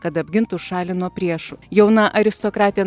kad apgintų šalį nuo priešų jauna aristokratė